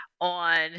on